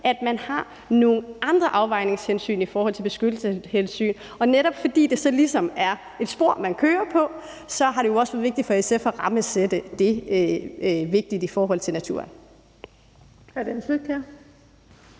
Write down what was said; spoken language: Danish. at man har nogle andre afvejningshensyn i forhold til beskyttelseshensyn, og netop fordi det så ligesom er et spor, man kører på, har det også været vigtigt for SF at rammesætte det i forhold til naturen. Kl. 19:42 Den fg.